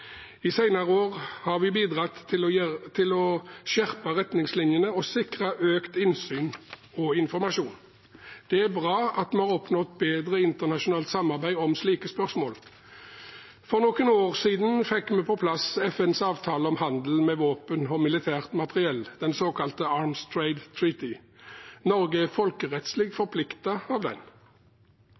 år har vi bidratt til å skjerpe retningslinjene og sikre økt innsyn og informasjon. Det er bra at vi har oppnådd bedre internasjonalt samarbeid om slike spørsmål. For noen år siden fikk vi på plass FNs avtale om handel med våpen og militært materiell, den såkalte Arms Trade Treaty. Norge er folkerettslig forpliktet av den.